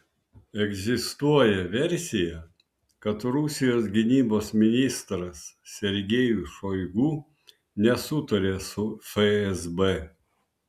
egzistuoja versija kad rusijos gynybos ministras sergejus šoigu nesutaria su fsb